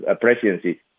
presidency